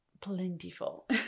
plentiful